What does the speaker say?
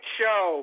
show